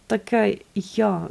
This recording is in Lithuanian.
tokioj jo